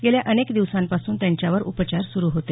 गेल्या अनेक दिवसांपासून त्यांच्यावर उपचार सुरू होते